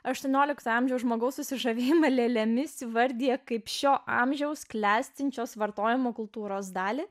aštuoniolikto amžiaus žmogaus susižavėjimą lėlėmis įvardija kaip šio amžiaus klestinčios vartojimo kultūros dalį